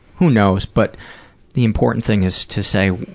who knows, but the important thing is to say,